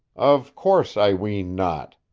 of course i ween not!